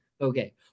Okay